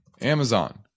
Amazon